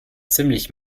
ziemlich